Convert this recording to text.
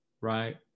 right